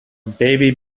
baby